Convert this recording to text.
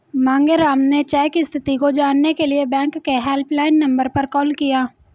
मांगेराम ने चेक स्थिति को जानने के लिए बैंक के हेल्पलाइन नंबर पर कॉल किया